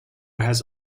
has